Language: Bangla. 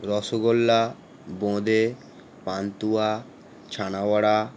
রসগোল্লা বোঁদে পান্তুয়া ছানাবড়া